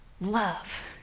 love